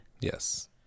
Yes